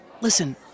listen